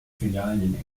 filialen